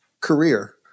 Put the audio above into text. career